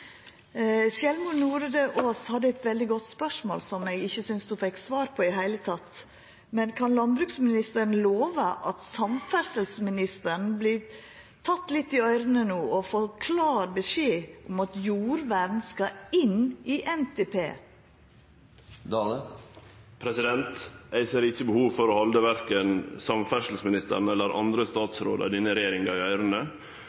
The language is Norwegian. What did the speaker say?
hadde eit veldig godt spørsmål, som eg ikkje synest ho fekk svar på i det heile. Kan landbruksministeren lova at samferdselsministeren vert teken litt i øyra no og får klar beskjed om at jordvern skal inn i NTP? Eg ser ikkje noko behov for å halde verken samferdselsministeren eller andre